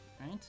right